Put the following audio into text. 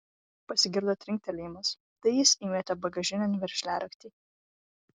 pasigirdo trinktelėjimas tai jis įmetė bagažinėn veržliaraktį